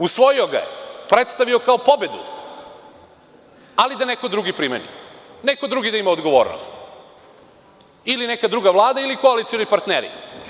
Usvojio ga je, predstavio kao pobedu, ali da neko drugi primeni, neko drugi da ima odgovornost ili neka druga Vlada ili koalicioni partneri.